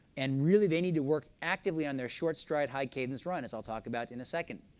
and really they need to work actively on their short stride high cadenced run as i'll talk about in a second.